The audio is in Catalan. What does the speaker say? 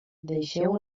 deixeu